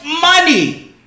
money